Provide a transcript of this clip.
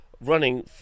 running